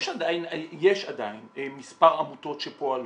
יש עדיין מספר עמותות שפועלות,